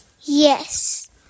Yes